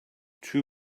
two